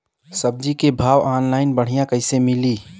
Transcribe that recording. सब्जी के भाव ऑनलाइन बढ़ियां कइसे मिली?